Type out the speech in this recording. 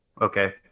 Okay